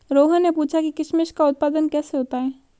रोहन ने पूछा कि किशमिश का उत्पादन कैसे होता है?